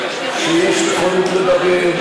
שיש נכונות לדבר,